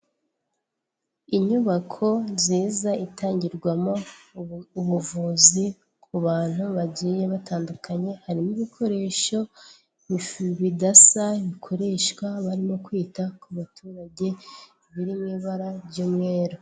Inyubako nziza itangirwamo ubuvuzi ku bantu bagiye batandukanye harimo ibikoresho bidasa bikoreshwa barimo kwita ku baturage biri mu ibara ry'umweru.